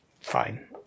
fine